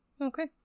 Okay